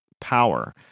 power